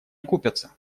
окупятся